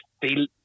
feel